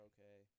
Okay